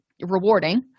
rewarding